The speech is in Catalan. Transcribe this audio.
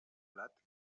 blat